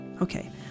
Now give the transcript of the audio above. Okay